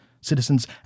citizens